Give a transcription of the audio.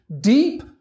deep